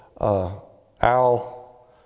Al